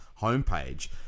homepage